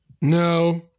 No